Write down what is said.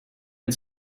had